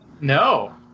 No